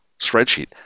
spreadsheet